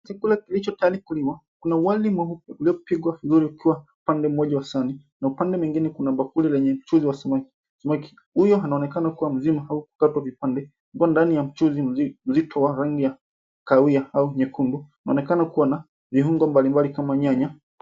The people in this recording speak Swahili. Chakula kilichotayari kuliwa. Kuna wali uliopigwa vizuri ukiwa upande mmoja wa sahani. Na upande mwingine kuna bakuli lenye chozi wa samaki. Samaki huyo anaonekana kuwa mzima haukukatwa vipande. Ukiwa ndani ya mchuzi mzito wa rangi ya kahawia au nyekundu. Unaonekana kuwa na viungo mbalimbali kama nyanya.